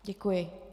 Děkuji.